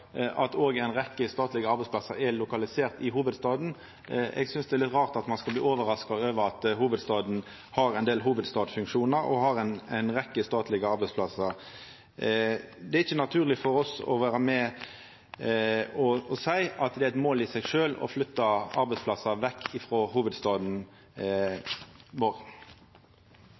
rart at ein skal bli overraska over at hovudstaden har ein del hovudstadsfunksjonar og har ei rekkje statlege arbeidsplassar. Det er ikkje naturleg for oss å vera med på å seia at det er eit mål i seg sjølv å flytta arbeidsplassar vekk frå hovudstaden